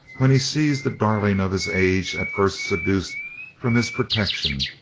when he sees the darling of his age at first seduced from his protection,